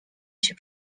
się